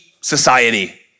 society